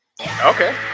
Okay